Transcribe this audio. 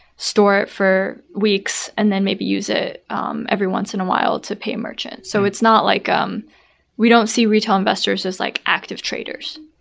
store it for weeks and then maybe use it um every once in a while to pay merchant. so it's not like um we don't see retail investors as like active traders.